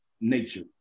nature